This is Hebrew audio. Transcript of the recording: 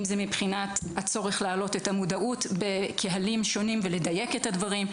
אם זה מבחינת הצורך להעלות את המודעות בקהלים שונים ולדייק את הדברים,